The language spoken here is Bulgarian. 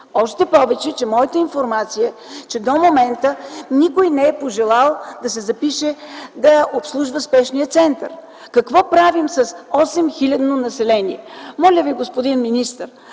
Още повече, че моята информация е, че до момента никой не е пожелал да се запише да обслужва спешния център. Какво правим с 8-хилядно население? ПРЕДСЕДАТЕЛ ЦЕЦКА